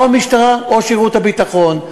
או המשטרה או שירות הביטחון.